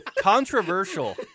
Controversial